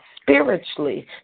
spiritually